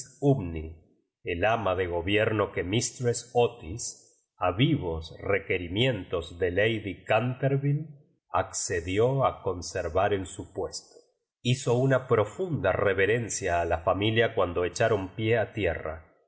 el ama de gobierno que mistress otis a vivos requerimientos de lady canterviue accedió a conservar en su puesto hizo una profunda reverencia a la familia cuando echaron pie a tierra y